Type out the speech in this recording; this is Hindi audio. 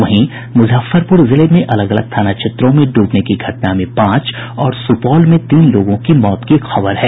वहीं मुजफ्फरपुर जिले के अलग अलग थाना क्षेत्रों में ड्रबने की घटना में पांच और सुपौल में तीन लोगों की मौत की खबर है